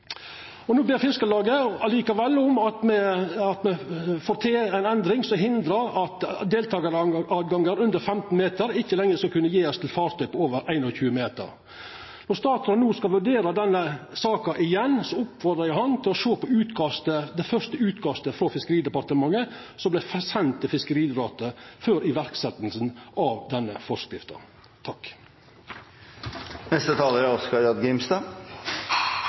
No ber Fiskarlaget likevel om at me får til ei endring som gjer at deltakartilgjenge under 15 meter ikkje lenger skal kunna gjevast til fartøy over 21 meter. Når statsråden no skal vurdera denne saka igjen, oppmodar eg han til å sjå på det første utkastet frå Fiskeridepartementet, som vart sendt til Fiskeridirektoratet før iverksetjinga av denne forskrifta.